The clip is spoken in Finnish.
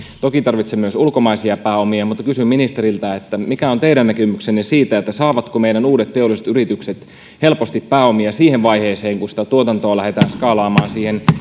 toki tarvitsemme myös ulkomaisia pääomia mutta kysyn ministeriltä mikä on teidän näkemyksenne siitä saavatko meidän uudet teolliset yritykset helposti pääomia siihen vaiheeseen kun sitä tuotantoa lähdetään skaalaamaan